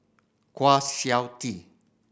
Kwa Siew Tee